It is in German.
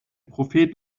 prophet